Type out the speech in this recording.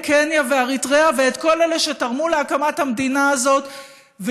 קניה ואריתריאה ואת כל אלה שתרמו להקמת המדינה הזאת,